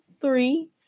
three